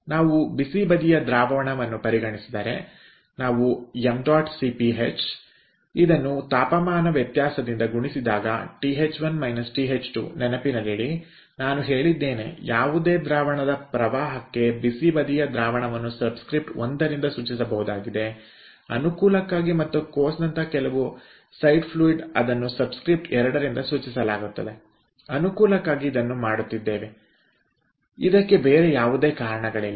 ನಾವು ಬಿಸಿ ಬದಿಯ ದ್ರಾವಣವನ್ನು ಪರಿಗಣಿಸಿದರೆ ನಾವು H ಇದನ್ನು ತಾಪಮಾನ ವ್ಯತ್ಯಾಸದಿಂದ ಗುಣಿಸಿದಾಗಅಂದರೆ TH1 TH2 ನೆನಪಿನಲ್ಲಿಡಿ ನಾನು ಹೇಳಿದ್ದೇನೆ ಯಾವುದೇ ದ್ರಾವಣದ ಪ್ರವಾಹಕ್ಕೆ ಬಿಸಿ ಬದಿಯ ದ್ರಾವಣವನ್ನು ಸಬ್ಸ್ಕ್ರಿಪ್ಟ್ ಒಂದರಿಂದ ಸೂಚಿಸಬಹುದಾಗಿದೆ ಅನುಕೂಲಕ್ಕಾಗಿ ಮತ್ತು ಕೋರ್ಸ್ನಂತಹ ಕೆಲವು ಸೈಡ್ ಫ್ಲೂಯಿಡ್ ಅದನ್ನು ಸಬ್ಸ್ಕ್ರಿಪ್ಟ್ ಎರಡರಿಂದ ಸೂಚಿಸಲಾಗುತ್ತದೆ ಅನುಕೂಲಕ್ಕಾಗಿ ಇದನ್ನು ಮಾಡುತ್ತಿದ್ದೇವೆ ಇದಕ್ಕೆ ಬೇರೆ ಯಾವುದೇ ಕಾರಣಗಳಿಲ್ಲ